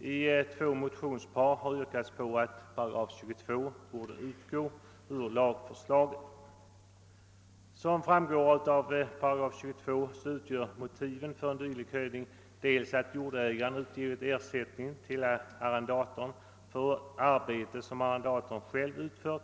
I två motionspar har yrkats på att 22 8 borde utgå ur lagförslaget. Som framgår av 228 kommer dylik höjning i fråga dels när jordägaren utgivit ersättning till arrendatorn för arbete som arrendatorn själv utfört,